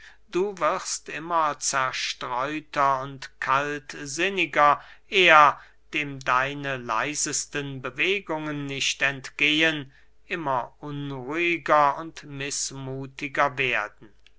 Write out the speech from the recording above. du wirst immer zerstreuter und kaltsinniger er dem deine leisesten bewegungen nicht entgehen immer unruhiger und mißmuthiger werden